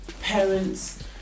Parents